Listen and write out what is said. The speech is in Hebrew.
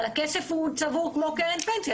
אבל הכסף צבור כמו קרן פנסיה,